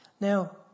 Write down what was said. Now